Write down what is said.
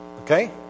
Okay